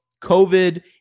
COVID